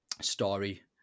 story